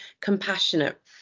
compassionate